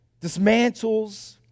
dismantles